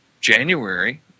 January